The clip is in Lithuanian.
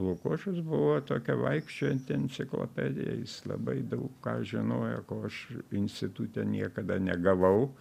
lukošius buvo tokia vaikščiojanti enciklopedija jis labai daug ką žinojo ko aš institute niekada negavau